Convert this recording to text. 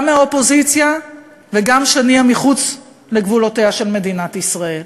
גם מהאופוזיציה וגם כשנהיה מחוץ לגבולותיה של מדינת ישראל.